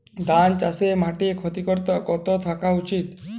ধান চাষে মাটির ক্ষারকতা কত থাকা উচিৎ?